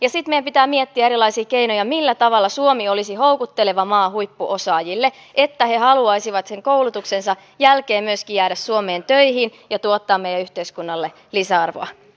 sitten meidän pitää miettiä erilaisia keinoja millä tavalla suomi olisi houkutteleva maa huippuosaajille että he haluaisivat myöskin sen koulutuksensa jälkeen jäädä suomeen töihin ja tuottaa meidän yhteiskunnallemme lisäarvoa